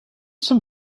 some